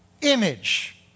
image